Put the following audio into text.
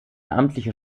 amtliche